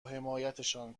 حمایتشان